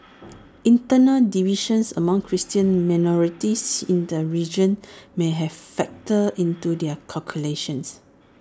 internal divisions among Christian minorities in the region may have factored into their calculations